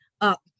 up